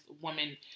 woman